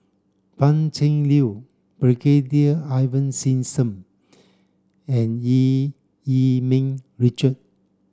Pan Cheng Lui Brigadier Ivan Simson and Eu Yee Ming Richard